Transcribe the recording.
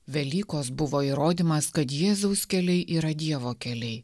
velykos buvo įrodymas kad jėzaus keliai yra dievo keliai